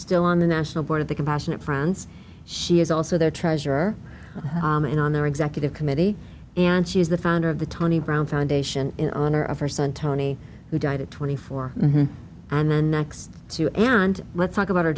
still on the national board of the compassionate friends she is also their treasurer and on their executive committee and she is the founder of the tony brown foundation in honor of her son tony who died at twenty four and then next to you and let's talk about her